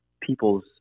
people's